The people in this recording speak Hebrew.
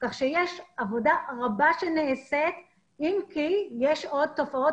כך שיש עבודה רבה שנעשית אם כי יש תופעות